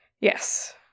Yes